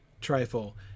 Trifle